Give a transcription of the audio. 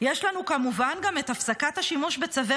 יש לנו כמובן גם את הפסקת השימוש בצווי